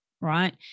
right